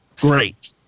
Great